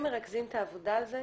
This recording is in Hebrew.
אתם מרכזים את העבודה על זה?